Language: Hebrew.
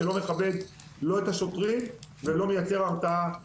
שלא מכבד את השוטרים ולא מייצר הרתעה לעבריינים.